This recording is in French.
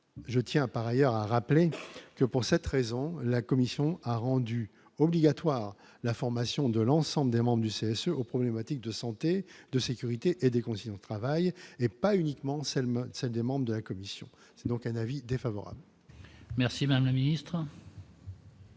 je tiens par ailleurs rappelé que pour cette raison, la commission a rendu obligatoire la formation de l'ensemble des membres du CSE aux problématiques de santé, de sécurité et des conditions de travail et pas uniquement celles celle des membres de la commission, c'est donc un avis défavorable. Merci madame la ministre.